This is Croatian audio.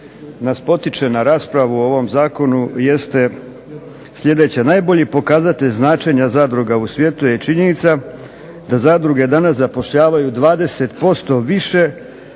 nas potiče na raspravu o ovom zakonu jeste sljedeće. Najbolji pokazatelj značenja zadruga u svijetu je činjenica da zadruge danas zapošljavaju 20% više